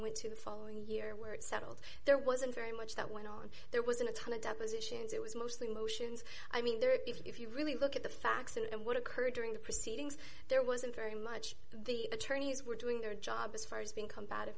went to the following year where it settled there wasn't very much that went on there wasn't a ton of depositions it was mostly motions i mean there if you really look at the facts and ringback what occurred during the proceedings there wasn't very much the attorneys were doing their job as far as being combative